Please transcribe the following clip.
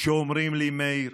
שאומרים לי: מאיר,